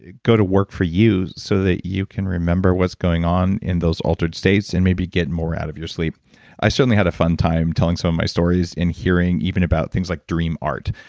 ah go to work for you so that you can remember what's going on in those altered states and maybe getting more out of your sleep i certainly had a fun time telling some of my stories and hearing even about things like dream art.